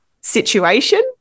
situation